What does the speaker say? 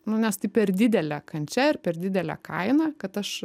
nu nes tai per didelė kančia ir per didelė kaina kad aš